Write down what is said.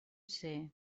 ser